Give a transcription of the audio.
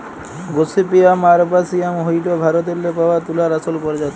gossypium আরবাসিয়াম হ্যইল ভারতেল্লে পাউয়া তুলার আসল পরজাতি